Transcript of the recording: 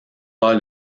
pas